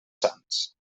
sants